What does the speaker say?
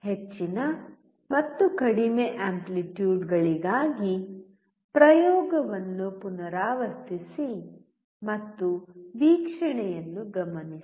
ಹೆಚ್ಚಿನ ಮತ್ತು ಕಡಿಮೆ ಆಂಪ್ಲಿಟ್ಯೂಡ್ಗಳಿಗಾಗಿ ಪ್ರಯೋಗವನ್ನು ಪುನರಾವರ್ತಿಸಿ ಮತ್ತು ವೀಕ್ಷಣೆಯನ್ನು ಗಮನಿಸಿ